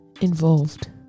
involved